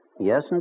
Yes